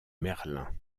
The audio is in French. merlin